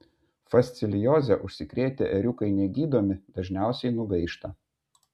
fasciolioze užsikrėtę ėriukai negydomi dažniausiai nugaišta